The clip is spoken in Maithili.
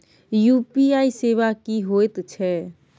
यु.पी.आई सेवा की होयत छै?